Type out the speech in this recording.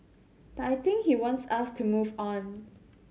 but I think he wants us to move on